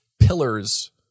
pillars